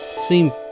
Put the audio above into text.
seem